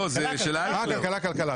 כלכלה.